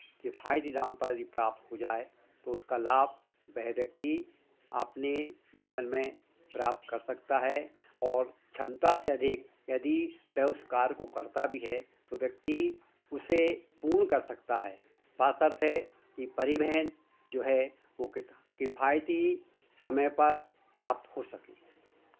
किफायती दाम पर प्राप्त हो जाय तो उसका लाभ वह व्यक्ति अपने जीवन में प्राप्त कर सकता है और क्षमता से अधिक यदि वह उस कार्य को करता भी है तो व्यक्ति उसे पूर्ण कर सकता है बशर्ते कि परिवहन जो है वो किफायती समय पर प्राप्त हो सके